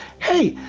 hey,